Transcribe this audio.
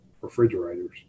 Refrigerators